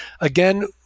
Again